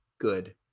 good